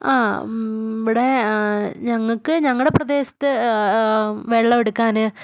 ആ ഇവിടെ ഞങ്ങൾക്ക് ഞങ്ങളുടെ പ്രദേശത്ത് വെള്ളം എടുക്കാൻ